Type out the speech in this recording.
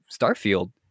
Starfield